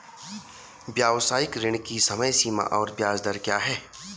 व्यावसायिक ऋण की समय सीमा और ब्याज दर क्या है?